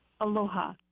aloha